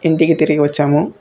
ఇంటికి తిరిగి వచ్చాము